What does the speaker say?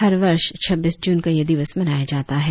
हर वर्ष छब्बीस जून को यह दिवस मनाया जाता है